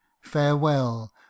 Farewell